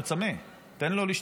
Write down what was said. הוא צמא, תן לו לשתות.